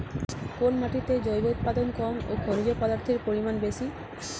কোন মাটিতে জৈব উপাদান কম ও খনিজ পদার্থের পরিমাণ বেশি?